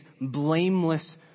blameless